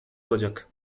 olacak